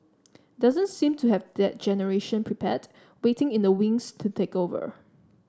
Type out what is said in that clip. doesn't seem to have that generation prepared waiting in the wings to take over